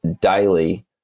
daily